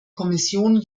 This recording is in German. kommission